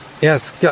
yes